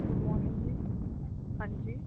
good morning ਜੀ ਹਾਂਜੀ